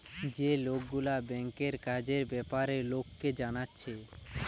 যে লোকগুলা ব্যাংকের কাজের বেপারে লোককে জানাচ্ছে